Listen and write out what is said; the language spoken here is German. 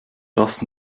das